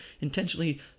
intentionally